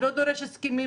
זה לא דורש הסכמים מיוחדים.